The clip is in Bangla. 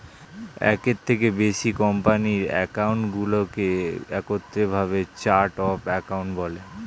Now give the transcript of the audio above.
একের থেকে বেশি কোম্পানির অ্যাকাউন্টগুলোকে একত্রিত ভাবে চার্ট অফ অ্যাকাউন্ট বলে